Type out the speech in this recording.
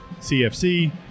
CFC